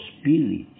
spirit